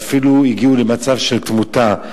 ואפילו הגיעו למצב של תמותה.